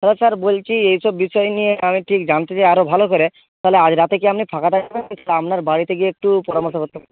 হ্যাঁ স্যার বলছি এই সব বিষয় নিয়ে আমি ঠিক জানতে চাই আরও ভালো করে তাহলে আজ রাতে কি আপনি ফাঁকা তাহলে আপনার বাড়িতে গিয়ে একটু পরামর্শ করতাম